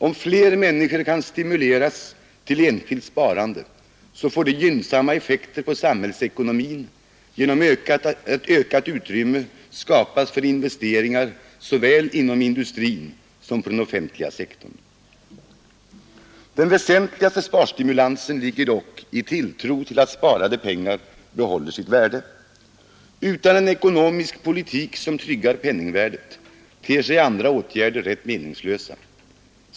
Om fler människor kan stimuleras till enskilt sparande, så får det gynnsamma effekter på samhällsekonomin genom att ökat utrymme skapas för investeringar såväl inom industrin som på den offentliga sektorn. Den väsentligaste sparstimulansen ligger i tilltro till att sparade pengar behåller sitt värde. Utan en ekonomisk politik som tryggar penningvärdet ter sig andra åtgärder rätt meningslösa.